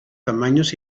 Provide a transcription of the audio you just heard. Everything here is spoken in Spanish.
tamaños